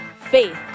faith